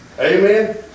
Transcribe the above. Amen